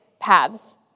paths